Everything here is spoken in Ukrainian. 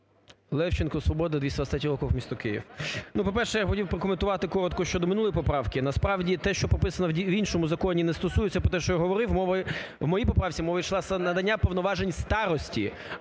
Левченко, "Свобода", 223 округ, місто Київ.